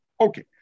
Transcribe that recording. Okay